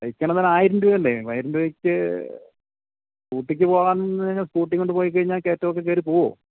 ബൈക്കാണേൽ അത് ആയിരം രൂപയല്ലേ മൂവ്വായിരം രൂപയ്ക്ക് സ്കൂട്ടിക്ക് പോകാൻ നിന്ന് കഴിഞ്ഞാൽ സ്കൂട്ടീം കൊണ്ട് പോയി കഴിഞ്ഞാൽ കയറ്റമൊക്കെ കയറി പോകുമോ